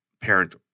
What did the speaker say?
parent